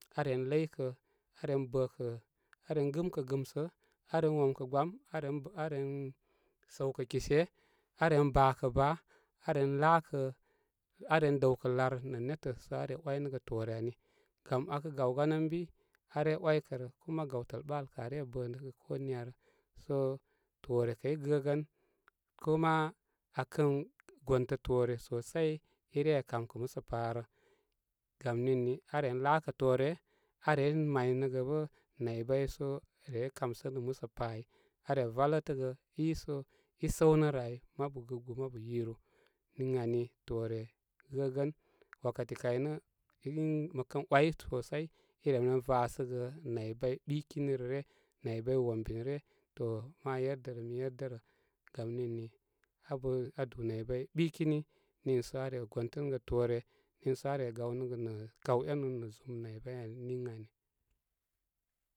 A ren ləy kə, a ren bə kə, a ren gɨmkə gɨmsə, a ren womkə gbam, aren bə aren saw kə kishe, aren bakə baa, aren laakə, aren də wkə lar nə netə sə aren wanəgə toore ani. Gam akə gaw gan ən bi are way kərə. Kuma gawtəl ɓa al kə are bənəgə koniya rə. So ttore kə i gəgən kuma akən gontə toore sosai i reye kamkə musəpa rə. Gam nini, aren laakə toore arey maynəgə bə naybay so reye kamsənəgə musəpa ai. Are valətəgə iso i səwnə ai, mabu gɨgbu, mabu yiru ən nin ani toore i gəgən. Wakati kay nə, i məkən way sosai i rem vasəgə may bay ɓikini nə ryə, naybay wombi ryə. To má yer də rə, mi yerdərə. Gam nini abə adú naybay ɓikini niiso are gontənəgə toore nii so a re gawnəgə nə kaw énu nə zum naybay ani, ən niŋ ani.